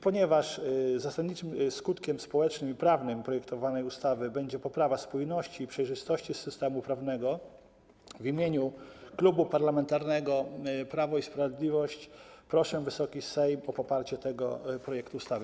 Ponieważ zasadniczym skutkiem społecznym i prawnym projektowanej ustawy będzie poprawa spójności i przejrzystości systemu prawnego, w imieniu Klubu Parlamentarnego Prawo i Sprawiedliwość proszę Wysoki Sejm o poparcie tego projektu ustawy.